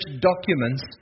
documents